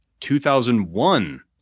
2001